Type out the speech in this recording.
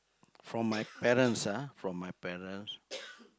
from my parents ah from my parents